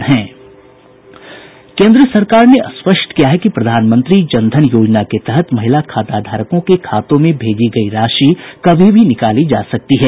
केन्द्र सरकार ने स्पष्ट किया है कि प्रधानमंत्री जनधन योजना के तहत महिला खाताधारकों के खातों में भेजी गयी राशि कभी भी निकाली जा सकती है